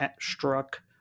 struck